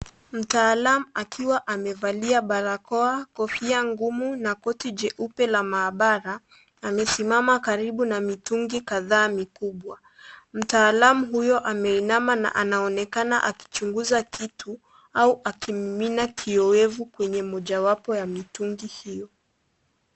Mtaalamu akiwa amevalia barakoa, kofia ngumu na koti jeupe la maabara, amesimama karibu na mitungi kadhaa mikubwa. Mtaalamu huyo ameinama na anaonekana akichunguza kitu au akimimina kiowevu kwenye mojawapo ya mitungi hiyo.